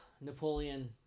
napoleon